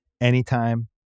Anytime